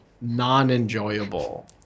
non-enjoyable